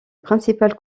principal